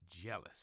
jealous